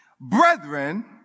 Brethren